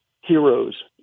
heroes